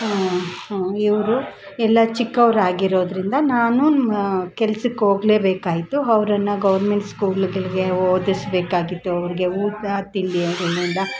ಇವರು ಎಲ್ಲ ಚಿಕ್ಕವರಾಗಿರೋದರಿಂದ ನಾನು ಕೆಲ್ಸಕ್ಕೆ ಹೋಗಲೇಬೇಕಾಯ್ತು ಅವ್ರನ್ನು ಗವ್ರ್ಮೆಂಟ್ ಸ್ಕೂಲ್ಗಳಿಗೆ ಓದಿಸಬೇಕಾಗಿತ್ತು ಅವರಿಗೆ ಊಟ ತಿಂಡಿ ಅದನ್ನೆಲ್ಲ